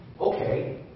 Okay